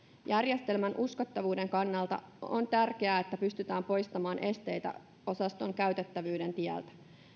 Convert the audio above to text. järjestelmän uskottavuuden kannalta on tärkeää että pystytään poistamaan esteitä osaston käytettävyyden tieltä